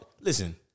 Listen